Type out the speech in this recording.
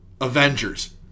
Avengers